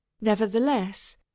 Nevertheless